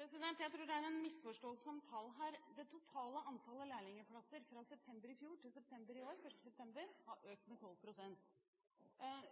Jeg tror det er en misforståelse om tall her. Det totale antall lærlingplasser fra september i fjor til 1. september i år har økt med 12 pst. Blant kommunene har